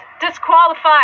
disqualified